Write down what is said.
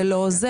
זה לא עוזר.